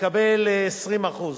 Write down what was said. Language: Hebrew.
יקבל 20%,